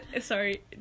Sorry